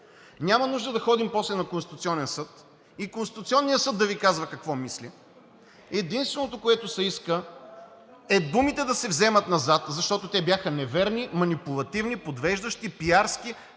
Няма нужда да ходим после на Конституционен съд и Конституционният съд да Ви казва какво мисли. Единственото, което се иска, е думите да се вземат назад, защото те бяха неверни, манипулативни, подвеждащи, пиарски.